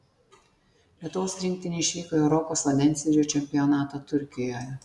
lietuvos rinktinė išvyko į europos vandensvydžio čempionatą turkijoje